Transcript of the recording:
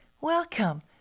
Welcome